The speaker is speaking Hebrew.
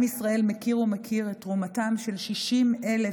עם ישראל מכיר ומוקיר את תרומתם של 60,000